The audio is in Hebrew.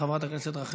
חברת הכנסת רויטל סויד,